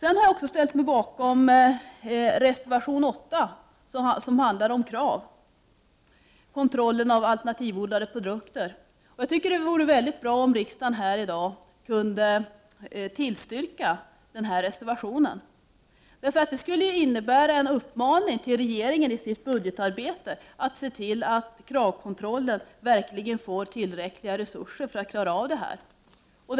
Jag har även ställt mig bakom reservation 8 som handlar om KRAV, organisationen för kontroll av alternativodlade produkter. Det vore mycket bra om riksdagen i dag kunde bifalla denna reservation. Detta skulle innebära en uppmaning till regeringen att i sitt budgetarbete se till att KRAV verkligen får tillräckliga resurser att klara av sitt arbete.